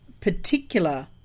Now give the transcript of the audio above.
particular